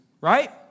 right